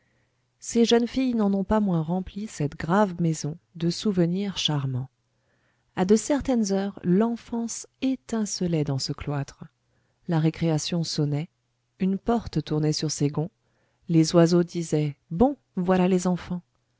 ces jeunes filles n'en ont pas moins rempli cette grave maison de souvenirs charmants à de certaines heures l'enfance étincelait dans ce cloître la récréation sonnait une porte tournait sur ses gonds les oiseaux disaient bon voilà les enfants